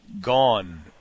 gone